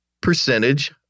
percentage